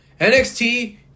NXT